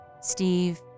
Steve